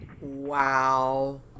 Wow